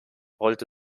rollte